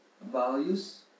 values